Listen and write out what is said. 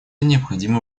необходимо